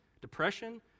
depression